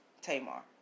Tamar